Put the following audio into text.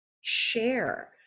share